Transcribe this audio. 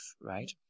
right